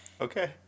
Okay